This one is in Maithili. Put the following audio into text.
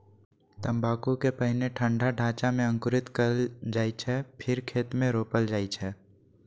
तंबाकू कें पहिने ठंढा ढांचा मे अंकुरित कैल जाइ छै, फेर खेत मे रोपल जाइ छै